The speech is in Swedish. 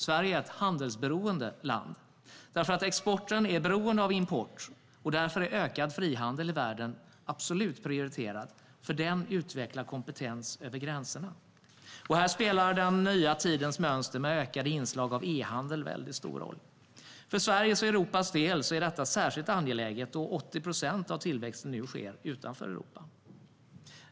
Sverige är ett handelsberoende land, för exporten är beroende av import, och därför är ökad frihandel i världen absolut prioriterad, för den utvecklar kompetens över gränserna. Här spelar den nya tidens mönster, med ökade inslag av e-handel, en väldigt stor roll. För Sveriges och Europas del är detta särskilt angeläget, då 80 procent av tillväxten nu sker utanför Europa.